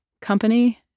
company